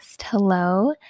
hello